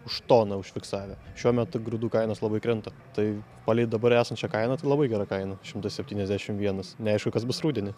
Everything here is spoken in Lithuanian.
už toną užfiksavę šiuo metu grūdų kainos labai krenta tai palei dabar esančią kainą tai labai gera kaina šimtas septyniasdešim vienas neaišku kas bus rudenį